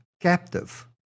captive